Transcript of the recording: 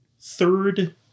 third